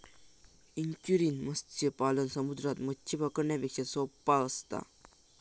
estuarine मत्स्य पालन समुद्रात मच्छी पकडण्यापेक्षा सोप्पा असता